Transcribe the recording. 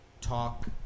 talk